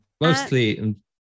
mostly